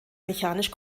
mechanisch